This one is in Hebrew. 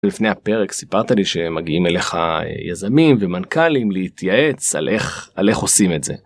לפני הפרק סיפרת לי שמגיעים אליך יזמים ומנכ"לים להתייעץ על איך... על איך עושים את זה.